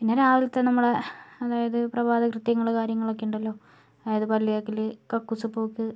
പിന്നെ രാവിലത്തെ നമ്മുടെ അതായത് പ്രഭാത കൃത്യങ്ങള് കാര്യങ്ങള് ഒക്കെ ഉണ്ടല്ലോ അതായത് പല്ല് തേക്കല് കക്കൂസിൽ പോക്ക്